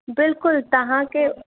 बिल्कुलु तव्हांखे